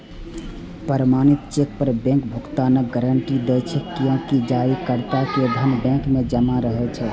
प्रमाणित चेक पर बैंक भुगतानक गारंटी दै छै, कियैकि जारीकर्ता के धन बैंक मे जमा रहै छै